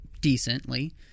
decently